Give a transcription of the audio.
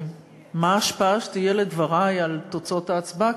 מה ההשפעה שתהיה לדברי על תוצאות ההצבעה?